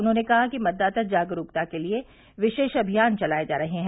उन्होंने कहा कि मतदाता जागरूकता के लिए विशेष अभियान चलाये जा रहे हैं